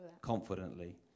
confidently